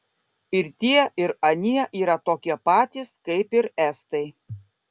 ir tie ir anie yra tokie patys kaip ir estai